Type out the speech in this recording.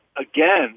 again